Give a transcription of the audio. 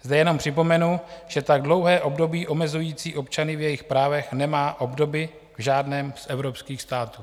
Zde jenom připomenu, že tak dlouhé období omezující občany v jejich právech nemá obdoby v žádném z evropských států.